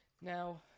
Now